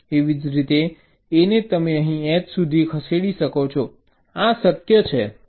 એવી જ રીતે A ને તમે અહીં H સુધી ખસેડી શકો છો આ શક્ય છે